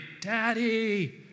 Daddy